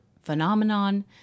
phenomenon